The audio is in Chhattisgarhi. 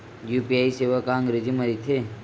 यू.पी.आई सेवा का अंग्रेजी मा रहीथे?